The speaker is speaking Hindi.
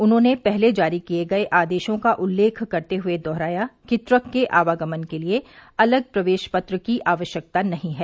उन्होंने पहले जारी किये गये आदेशों का उल्लेख करते हुए दोहराया कि ट्रक के आवागमन के लिए अलग प्रवेश पत्र की आवश्यकता नहीं है